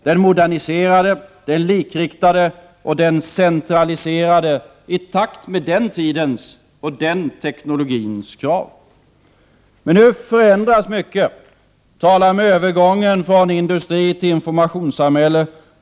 Den moderniserade, likriktade och centraliserade i takt med den tidens krav och den teknolgins möjligheter. Men nu förändras mycket. Man talar om övergången från industritill informationssamhälle.